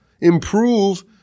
Improve